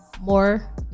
more